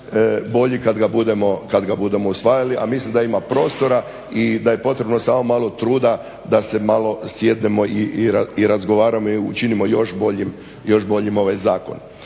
bolje kada ga budemo usvajali, a mislim da ima prostora i da je potrebno samo malo truda da se malo sjednemo i razgovaramo i učinimo još boljim ovaj zakon.